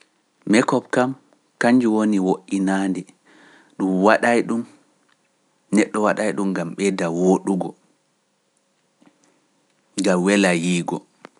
Makeup kam kannjum woni wo"inaandi ɗum waɗay-ɗum, neɗɗo waɗay-ɗum ngam ɓeyda wooɗugo, ngam wela yi'eego.